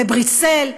בבריסל,